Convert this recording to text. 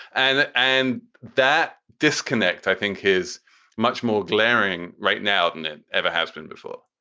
and that and that disconnect, i think, is much more glaring right now than it ever has been before.